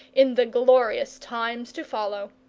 in the glorious times to follow.